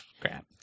crap